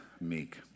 meek